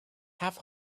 have